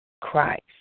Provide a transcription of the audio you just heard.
Christ